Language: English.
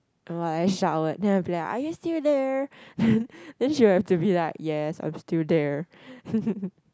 while I showered then I will be like are you still there then she will have to be like yes I'm still there